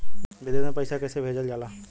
विदेश में पैसा कैसे भेजल जाला?